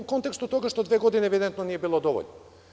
U kontekstu toga što dve godine evidentno nije bilo dovoljno.